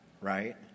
right